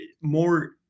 more